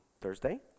Thursday